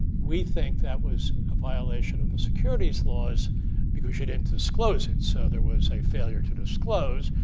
we think that was a violation of the securities laws because you didn't disclose it. so there was a failure to disclose.